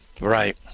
Right